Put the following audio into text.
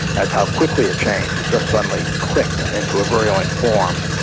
that's how quickly it changed, it just suddenly clicked into a virulent form,